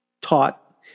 taught